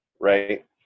right